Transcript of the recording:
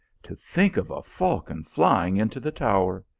to think of a falcon flying into the tower.